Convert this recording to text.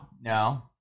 No